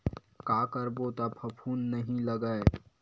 का करबो त फफूंद नहीं लगय?